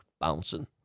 bouncing